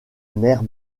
mère